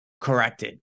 corrected